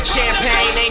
Champagne